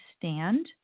stand